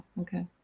Okay